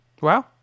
Wow